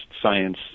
science